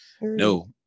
No